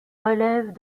relèvent